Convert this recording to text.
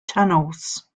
tunnels